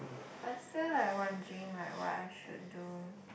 I still like wondering right what I should do